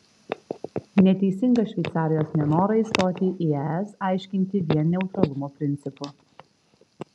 neteisinga šveicarijos nenorą įstoti į es aiškinti vien neutralumo principu